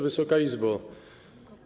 Wysoka Izbo!